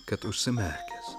kad užsimerkęs